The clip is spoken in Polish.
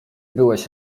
byłeś